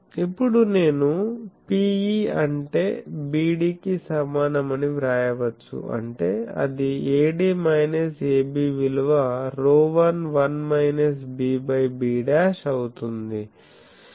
ఇపుడు నేను Pe అంటే BD కి సమానం అని వ్రాయవచ్చు అంటే అది AD మైనస్ AB విలువ ρ1 1 మైనస్ b బై b' అవుతుంది